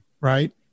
right